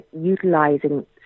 utilising